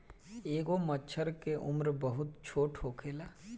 एगो मछर के उम्र बहुत छोट होखेला